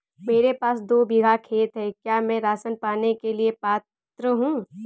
मेरे पास दो बीघा खेत है क्या मैं राशन पाने के लिए पात्र हूँ?